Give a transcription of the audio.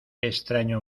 extraño